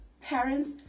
parents